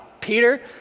Peter